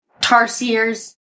tarsiers